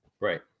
Right